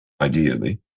Ideally